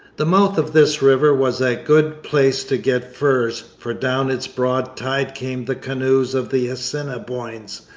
the mouth of this river was a good place to get furs, for down its broad tide came the canoes of the assiniboines,